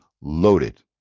loaded